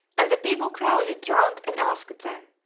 and the people crowded round and asked them,